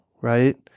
right